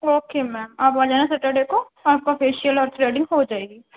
okay ma'am آپ آ جانا سیٹرڈے کو آپ کا فیشیئل اور تھریڈنگ ہو جائے گی